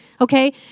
okay